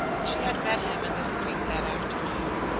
she had met him in the street that afternoon,